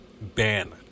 ban